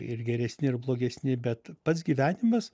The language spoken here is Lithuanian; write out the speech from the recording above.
ir geresni ir blogesni bet pats gyvenimas